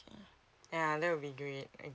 yeah that will be great